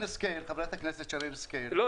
חברת הכנסת שרן השכל התייחסה --- לא,